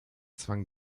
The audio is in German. zwang